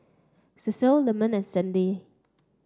Cecile Lyman and Sandy